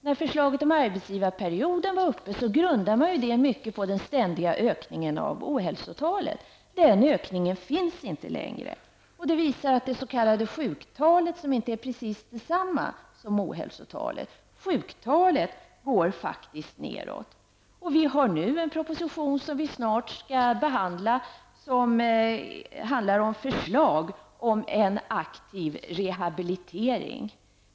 När förslaget om en arbetsgivarperiod var uppe grundade man det mycket på den ständiga ökningen av ohälsotalet. Men den ökningen finns inte längre. Det visar att det s.k. sjuktalet, som inte är precis detsamma som ohälsotalet, faktiskt går nedåt. Vi skall snart behandla en proposition om förslag om en aktiv rehabilitering.